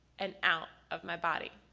and out of my body.